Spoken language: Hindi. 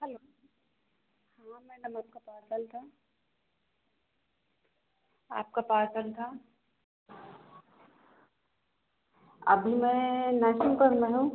हलो हाँ मैडम आपका पार्सल था आपका पार्सल था अभी मैं नरसिंहपुर में हूँ